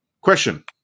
Question